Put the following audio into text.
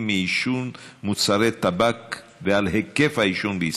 מעישון מוצרי טבק ועל היקף העישון בישראל.